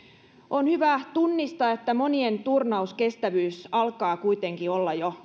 on hyvä tunnistaa että monien turnauskestävyys kuitenkin alkaa olla jo